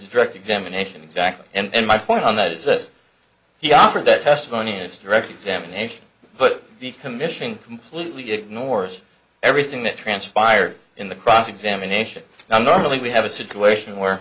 direct examination exactly and my point on that is that he offered that testimony is direct examination but the commission completely ignores everything that transpired in the cross examination now normally we have a situation where